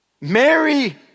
Mary